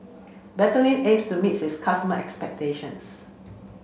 Betadine aims to meet its customer expectations